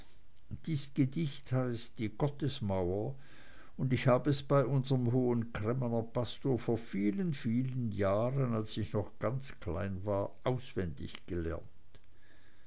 dies gedicht heißt die gottesmauer und ich hab es bei unserm hohen cremmer pastor vor vielen vielen jahren als ich noch ganz klein war auswendig gelernt